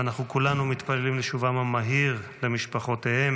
ואנחנו כולנו מתפללים לשובם המהיר למשפחותיהם.